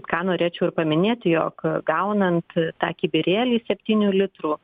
ką norėčiau ir paminėti jog gaunant tą kibirėlį septynių litrų